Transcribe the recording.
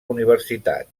universitat